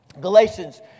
Galatians